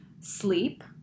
sleep